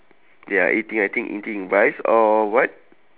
ya eating I think eating rice or what